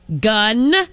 gun